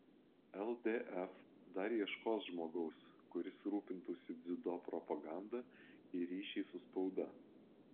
ldf dar ieškos žmogaus kuris rūpintųsi dziudo propaganda ir ryšiais su spauda